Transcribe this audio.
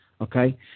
okay